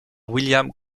william